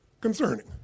Concerning